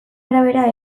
arabera